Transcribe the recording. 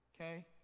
okay